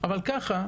אבל ככה,